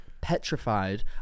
petrified